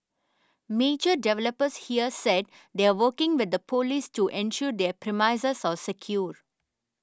major developers here said they are working with the police to ensure their premises are secure